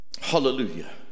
Hallelujah